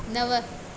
नव